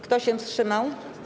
Kto się wstrzymał?